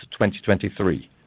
2023